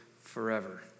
forever